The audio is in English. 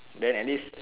then at least